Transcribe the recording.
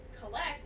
collect